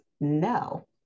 No